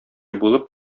булып